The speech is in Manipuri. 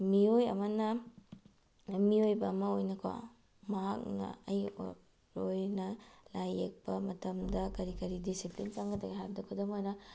ꯃꯤꯑꯣꯏ ꯑꯃꯅ ꯃꯤꯑꯣꯏꯕ ꯑꯃ ꯑꯣꯏꯅ ꯀꯣ ꯃꯍꯥꯛꯅ ꯂꯥꯏꯌꯦꯛꯄ ꯃꯇꯝꯗ ꯀꯔꯤ ꯀꯔꯤ ꯗꯤꯁꯤꯄ꯭ꯂꯤꯟ ꯆꯪꯒꯗꯒꯦ ꯍꯥꯏꯕꯗ ꯈꯨꯗꯝ ꯑꯣꯏꯅ